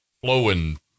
flowing